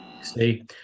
see